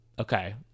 okay—